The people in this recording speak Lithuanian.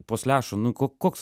po slešu nu ko koks